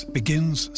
begins